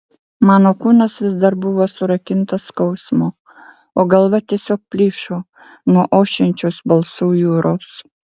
mano kūnas vis dar buvo surakintas skausmo o galva tiesiog plyšo nuo ošiančios balsų jūros